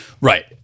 Right